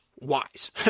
wise